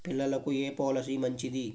పిల్లలకు ఏ పొలసీ మంచిది?